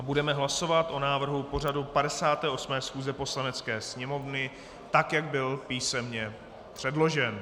Budeme hlasovat o návrhu pořadu 58. schůze Poslanecké sněmovny, tak, jak byl písemně předložen.